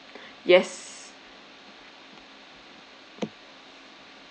yes